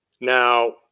Now